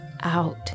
out